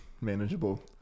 manageable